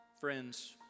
friends